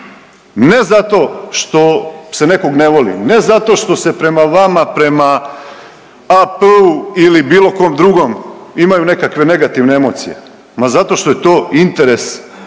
ne zato što se nekog ne voli, ne zato što se prema vama, prema AP-u ili bilo kom drugom imaju nekakve negativne emocije. Ma zato što je to interes našeg